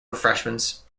refreshments